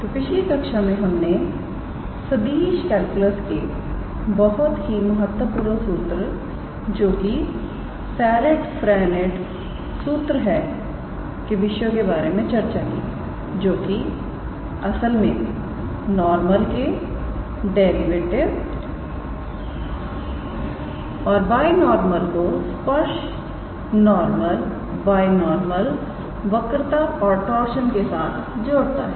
तो पिछले कक्षा में हमने सदिश कैलकुलस के बहुत ही महत्वपूर्ण सूत्र जो कि सेरिट फ्रेंनेट सूत्र है के विषयों के बारे में चर्चा की जो कि असल में नॉर्मल के डेरिवेटिव और बाय नॉरमल को स्पर्श नॉर्मल बायनॉर्मल वक्रता और टार्शनके साथ जोड़ता है